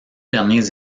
derniers